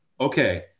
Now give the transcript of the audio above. okay